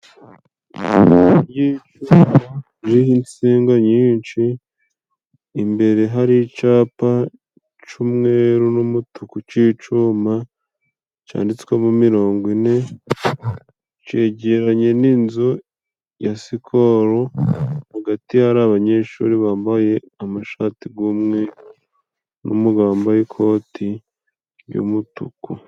Igiti kiriho insinga nyinshi imbere hari icapa c'umweru n'umutuku c'icuma, canditswemo mirongo ine cegeranye n'inzu ya sikoro, hagati hari abanyeshuri bambaye amashati g'umweru n'umugabo wambaye ikoti ry'umutuku.